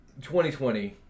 2020